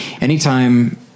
anytime